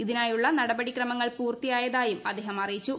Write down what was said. ഇതിനായുള്ള നടപടിക്രമങ്ങൾ പൂർത്തിയായതായും അദ്ദേഹം അറിയിച്ചു